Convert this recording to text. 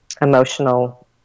emotional